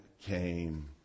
came